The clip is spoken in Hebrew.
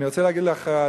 אני רוצה להגיד לך,